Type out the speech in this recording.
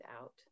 out